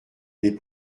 les